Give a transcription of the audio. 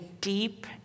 deep